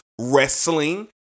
wrestling